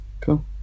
Cool